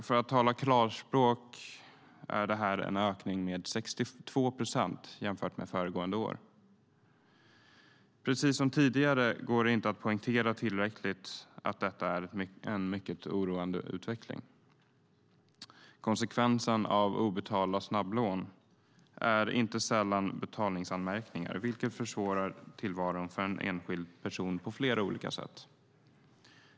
För att tala klarspråk är detta en ökning med 62 procent jämfört med föregående år. Precis som tidigare går det inte att poängtera tillräckligt att detta är en mycket oroande utveckling. Konsekvensen av obetalda snabblån är inte sällan betalningsanmärkningar, vilket försvårar tillvaron för en enskild person på flera olika sätt.